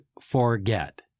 forget